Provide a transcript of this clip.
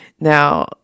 Now